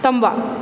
ꯇꯝꯕ